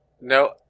No